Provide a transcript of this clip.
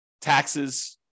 taxes